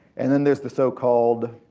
and then theres the so-called,